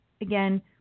again